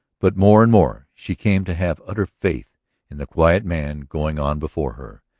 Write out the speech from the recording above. but more and more she came to have utter faith in the quiet man going on before her,